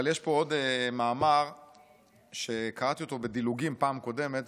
אבל יש פה עוד מאמר שקראתי בדילוגים בפעם הקודמת,